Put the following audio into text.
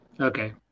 Okay